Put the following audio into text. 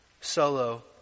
solo